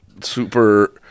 super